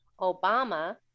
Obama